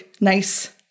nice